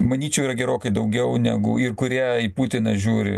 manyčiau yra gerokai daugiau negu ir kurie į putiną žiūri